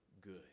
good